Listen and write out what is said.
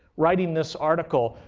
writing this article.